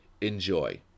enjoy